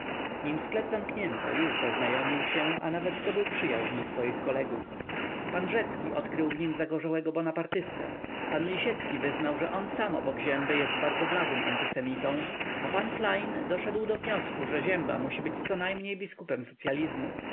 nim sklep zamknięto już zaznajomił się a nawet zdobył przyjaźń swoich kolegów pan rzecki odkrył w nim zagorzałego bonapartystę pan lisiecki wyznał że on sam obok zięby jest bardzo bladym antysemitą a pan klejn doszedł do wniosku że zięba musi być conajmniej biskupem socyalizmu